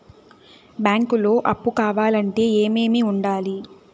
బ్యాంకులో అప్పు కావాలంటే ఏమేమి ఉండాలి?